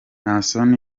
naasson